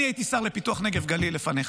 אני הייתי שר לפיתוח הנגב והגליל לפניך.